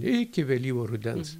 iki vėlyvo rudens